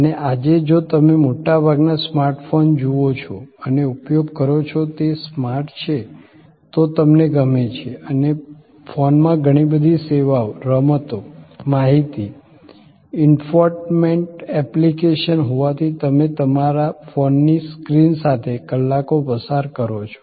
અને આજે જો તમે મોટા ભાગના સ્માર્ટ ફોન જુઓ છો અને ઉપયોગ કરો છે તે સ્માર્ટ છે તો તમને ગમે છે અને ફોનમાં ઘણી બધી સેવાઓ રમતો માહિતી ઇન્ફોટેનમેન્ટ એપ્લિકેશન હોવાથી તમે તમારા ફોનની સ્ક્રીન સાથે કલાકો પસાર કરો છો